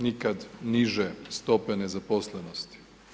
Nikad niže stope nezaposlenosti.